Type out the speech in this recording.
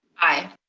aye.